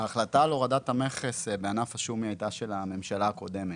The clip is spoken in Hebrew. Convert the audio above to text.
ההחלטה על הורדת המכס בענף השום הייתה של הממשלה הקודמת.